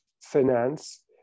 finance